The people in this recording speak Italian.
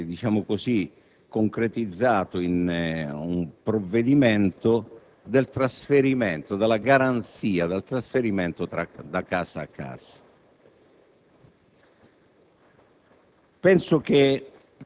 sempre ribadito, ma mai concretizzato in un provvedimento - della garanzia del trasferimento da casa a casa.